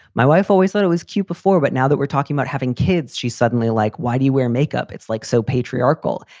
my wife always thought it was cute before. but now that we're talking about having kids, she's suddenly like, why do you wear makeup? it's like so patriarchal.